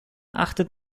achtet